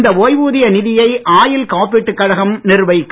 இந்த ஓய்வூதிய நிதியை ஆயுள் காப்பீட்டுக் கழகம் நிர்வகிக்கும்